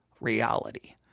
reality